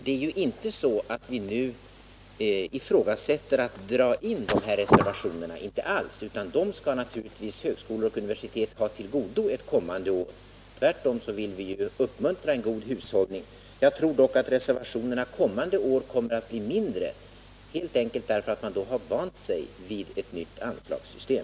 Det är ju inte så att vi nu ifrågasätter att dra in de här reservationerna, inte alls. Dem skall naturligtvis högskolor och universitet ha till godo ett kommande år. Tvärtom vill vi uppmuntra till en god hushållning. Jag tror dock att reservationerna kommande år blir mindre helt enkelt därför att man då har vant sig vid ett nytt anslagssystem.